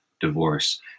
divorce